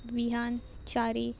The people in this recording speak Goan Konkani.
विहान च्यारी